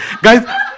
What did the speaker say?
Guys